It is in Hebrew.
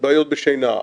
בעיות בשינה.